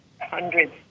hundreds